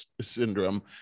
syndrome